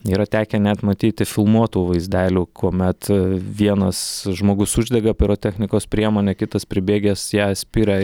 yra tekę net matyti filmuotų vaizdelių kuomet vienas žmogus uždega pirotechnikos priemonę kitas pribėgęs ją spiria